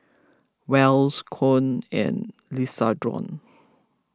Wells Koen and Lisandro